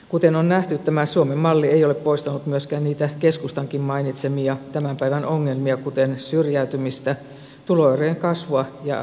kuten on nähty tämä suomen malli ei ole poistanut myöskään niitä keskustankin mainitsemia tämän päivän ongelmia kuten syrjäytymistä tuloerojen kasvua ja lapsiperheiden köyhyyttä